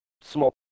small